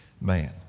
man